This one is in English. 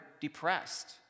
depressed